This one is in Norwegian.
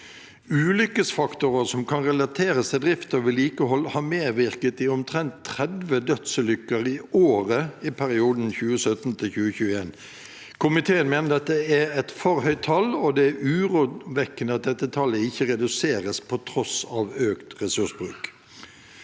Ulykkesfaktorer som kan relateres til drift og vedlikehold, har medvirket i omtrent 30 dødsulykker i året i perioden 2017–2021. Komiteen mener dette er et for høyt tall, og at det er urovekkende at dette tallet ikke reduseres på tross av økt ressursbruk.